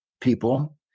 people